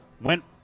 went